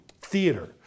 theater